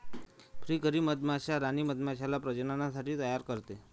फ्रीकरी मधमाश्या राणी मधमाश्याला प्रजननासाठी तयार करते